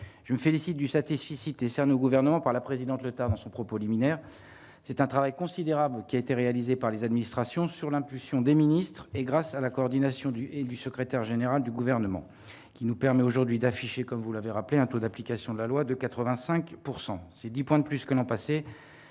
je me félicite du satisfecit et cerné au gouvernement par la présidente Leuthard dans son propos liminaire, c'est un travail considérable qui a été réalisé par les administrations sur l'impulsion des ministres et grâce à la coordination du et du secrétaire général du gouvernement, qui nous permet aujourd'hui d'afficher, comme vous l'avez rappelé un taux d'application de la loi de 85 pourcent c'est 10 points de plus que l'an passé,